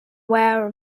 aware